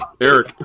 Eric